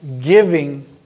giving